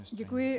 Děkuji.